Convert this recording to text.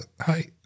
hi